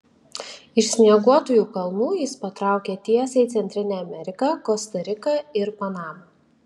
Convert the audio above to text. iš snieguotųjų kalnų jis patraukė tiesiai į centrinę ameriką kosta riką ir panamą